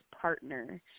partner